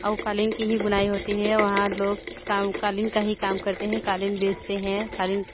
आउ कालीन की ही बुनाई होती है वहाँ लोग काम कालीन का ही काम करते हैं कालीन बेचते हैं कालीन